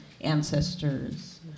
ancestors